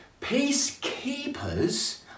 peacekeepers